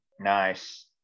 Nice